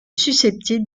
susceptible